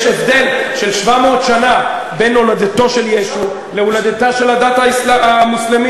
יש הבדל של 700 שנה בין הולדתו של ישו להולדתה של הדת המוסלמית.